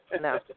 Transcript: no